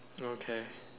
okay